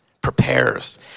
prepares